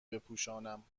بپوشانم